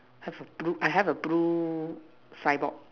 have a blue I have a blue signboard